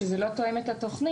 שזה לא תואם את התוכנית,